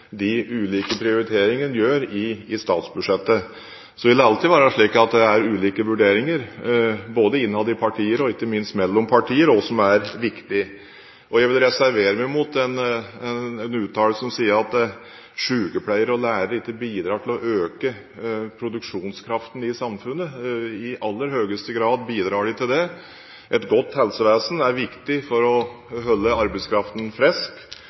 de ulike prioriteringene en gjør i statsbudsjettet. Så vil det alltid være slik at det er ulike vurderinger, både innad i partier og ikke minst mellom partier, av hva som er viktig. Jeg vil reservere meg mot uttalelsen om at sykepleiere og lærere ikke bidrar til å øke produksjonskraften i samfunnet. I aller høyeste grad bidrar de til det. Et godt helsevesen er viktig for å holde arbeidskraften frisk.